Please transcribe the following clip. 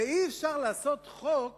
ואי-אפשר לעשות חוק